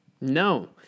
no